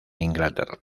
inglaterra